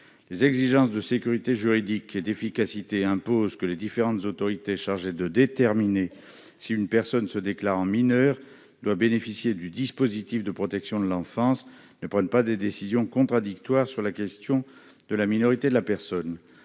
Les exigences de sécurité juridique et d'efficacité imposent que les différentes autorités chargées de déterminer si une personne se déclarant mineure doit bénéficier du dispositif de protection de l'enfance ne prennent pas des décisions contradictoires sur la question de la minorité de la personne.